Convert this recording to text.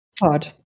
Hard